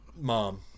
mom